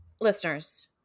listeners